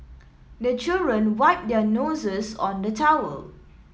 the children wipe their noses on the towel